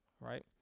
right